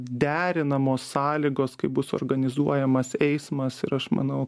derinamos sąlygos kaip bus organizuojamas eismas ir aš manau